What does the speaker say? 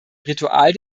ritual